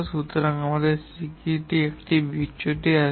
সুতরাং আমাদের স্বীকৃতি একটি বিচ্যুতি আছে